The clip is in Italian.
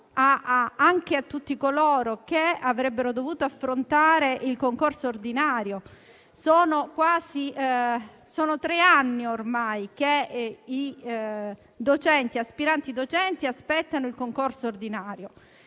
anche a tutti coloro che avrebbero dovuto affrontare il concorso ordinario. Sono tre anni ormai che gli aspiranti docenti aspettano il concorso ordinario.